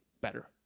better